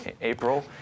April